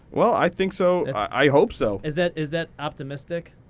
well, i think so. i hope so. is that is that optimistic?